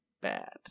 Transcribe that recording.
bad